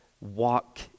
walk